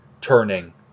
turning